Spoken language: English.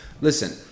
Listen